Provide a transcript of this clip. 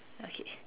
okay